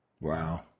Wow